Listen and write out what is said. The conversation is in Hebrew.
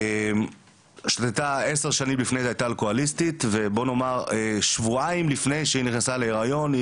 במשך 10 שנים הייתה אלכוהוליסטית ושבועיים לפני שנכנסה להריון,